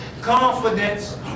confidence